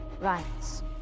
rights